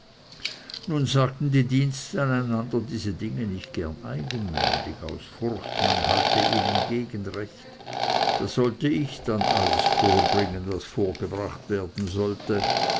nun sagten die diensten einander diese dinge nicht gerne eigenmündig aus furcht man halte ihnen gegenrecht da sollte ich dann alles vorbringen was vorgebracht werden sollte